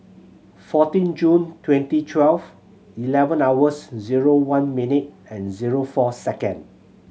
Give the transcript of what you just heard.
fourteen June twenty twelve eleven hours zero one minute and zero four second